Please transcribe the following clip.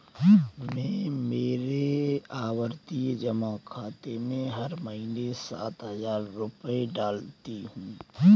मैं मेरे आवर्ती जमा खाते में हर महीने सात हजार रुपए डालती हूँ